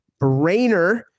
brainer